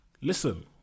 Listen